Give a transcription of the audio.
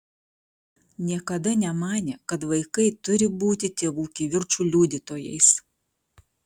niekada nemanė kad vaikai turi būti tėvų kivirčų liudytojais